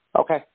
Okay